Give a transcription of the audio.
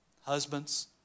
Husbands